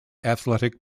athletic